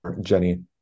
jenny